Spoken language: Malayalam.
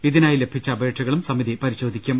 ഇതിനായി ലഭിച്ച അപേക്ഷകളും സമിതി പരിശോധിക്കും